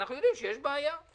אנחנו יודעים שיש בעיה.